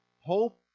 hope